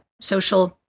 social